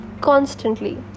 Constantly